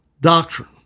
doctrine